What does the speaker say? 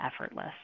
effortless